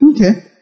Okay